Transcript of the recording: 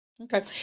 Okay